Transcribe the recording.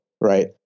right